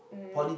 um